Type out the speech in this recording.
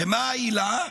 ומה העילה?